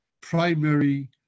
primary